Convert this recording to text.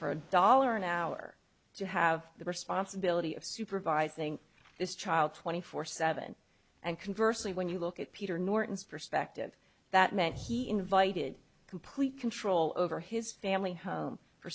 for a dollar an hour to have the responsibility of supervising this child twenty four seven and conversing when you look at peter norton's perspective that meant he invited complete control over his family home for